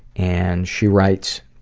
and she writes,